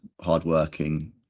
hardworking